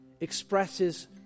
expresses